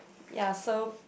ya so